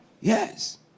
Yes